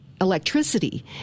electricity